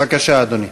בבקשה, אדוני.